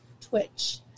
Twitch